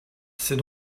c’est